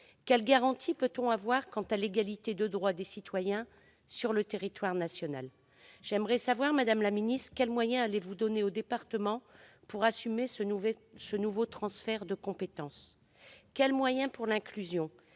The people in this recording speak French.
Quelles garanties avons-nous quant à l'égalité de droits entre citoyens sur le territoire national ? Madame la secrétaire d'État, quels moyens allez-vous donner aux départements pour assumer ce nouveau transfert de compétence ? Quels moyens pour l'inclusion,